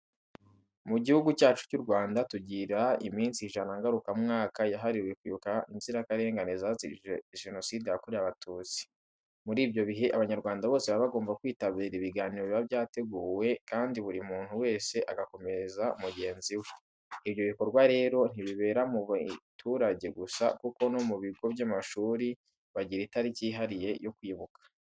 Mu gihugu cyacu cy'u Rwanda tugira iminsi ijana ngaruka mwaka yahariwe kwibuka inzirakarengane zazize Jenoside yakorewe Abatutsi. Muri ibyo bihe Abanyarwanda bose baba bagomba kwitabira ibiganiro biba byateguwe kandi buri muntu wese agakomeza mugenzi we. Ibyo bikorwa rero ntibibera mu biturage gusa kuko no mu bigo by'amashuri bagira itariki yihariye yo kwibuka.